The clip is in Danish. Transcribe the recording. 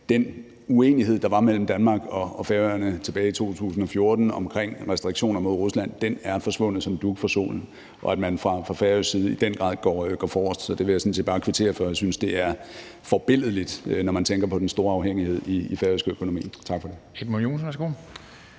den uenighed, der var mellem Danmark og Færøerne tilbage i 2014, om restriktioner mod Rusland er forsvundet som dug for solen, og at man fra Færøernes side i den grad går forrest. Det vil jeg sådan set bare kvittere for. Jeg synes, det er forbilledligt, når man tænker på den store afhængighed i færøsk økonomi. Tak. Kl.